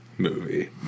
movie